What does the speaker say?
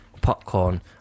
popcorn